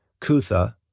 Kutha